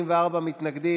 מי נגד?